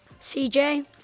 CJ